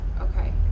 Okay